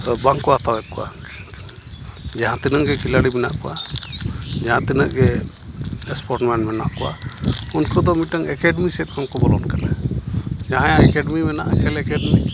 ᱵᱟᱝᱠᱚ ᱦᱟᱛᱟᱣᱮᱫ ᱠᱚᱣᱟ ᱡᱟᱦᱟᱸ ᱛᱤᱱᱟᱹᱝᱜᱮ ᱠᱷᱤᱞᱟᱲᱤ ᱢᱮᱱᱟᱜ ᱠᱚᱣᱟ ᱡᱟᱦᱟᱸ ᱛᱤᱱᱟᱹᱜ ᱜᱮ ᱥᱯᱚᱴᱢᱮᱱ ᱢᱮᱱᱟᱜ ᱠᱚᱣᱟ ᱩᱱᱠᱩ ᱫᱚ ᱢᱤᱫᱴᱟᱝ ᱮᱠᱟᱰᱮᱢᱤ ᱥᱮᱫ ᱠᱷᱚᱱ ᱠᱚ ᱵᱚᱞᱚᱱ ᱠᱟᱱᱟ ᱡᱟᱦᱟᱭᱟᱜ ᱮᱠᱟᱰᱮᱢᱤ ᱢᱮᱱᱟᱜᱼᱟ ᱧᱮᱞ ᱞᱮᱠᱷᱟᱱ